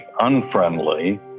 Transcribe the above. unfriendly